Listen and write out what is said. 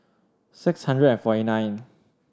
six hundred and forty nine